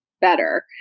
better